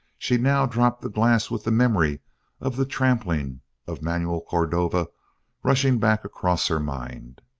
she now dropped the glass with the memory of the trampling of manuel cordova rushing back across her mind.